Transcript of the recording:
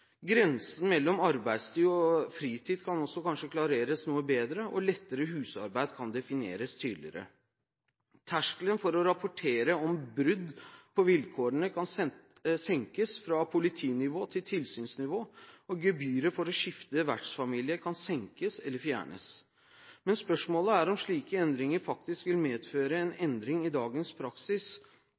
Grensen mellom arbeidstid og fritid kan kanskje også avklares noe bedre, og «lettere husarbeid» kan defineres tydeligere. Terskelen for å rapportere om brudd på vilkårene kan senkes fra politinivå til tilsynsnivå, og gebyret for å skifte vertsfamilie kan senkes eller fjernes. Spørsmålet er om slike endringer faktisk vil medføre en endring i dagens praksis,